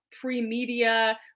pre-media